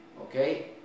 okay